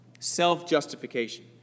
Self-justification